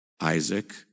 Isaac